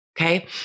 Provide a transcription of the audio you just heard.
okay